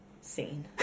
scene